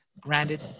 Granted